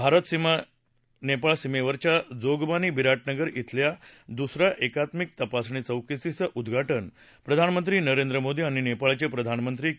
भारत नेपाळ सीमेवरच्या जोगबानी बिराजिंगर खिल्या दुस या एकात्मिक तपासणी चौकीचं उद्घा ज प्रधानमंत्री नरेंद्र मोदी आणि नेपाळचे प्रधानमंत्री के